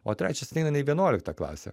o trečias ateina ne į vienuoliktą klasę